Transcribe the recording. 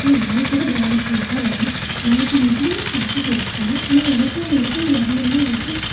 ஏன் நான் கூட கிராமத்திலருந்துதான் வரேன் நான் இப்போது இன்ஜினியரிங் படிச்சிட்டுருக்கேன் ஆனால் எனக்கும் வந்துட்டு வரணுன்னா வந்துட்டு